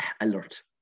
alert